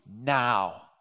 now